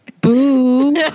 Boo